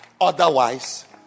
Otherwise